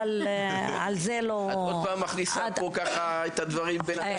אבל על זה לא --- את עוד פעם מכניסה ככה את הדברים בין השורות.